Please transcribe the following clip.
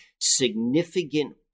significant